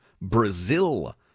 Brazil